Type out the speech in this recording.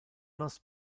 nos